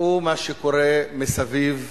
ראו מה שקורה מסביב,